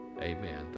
Amen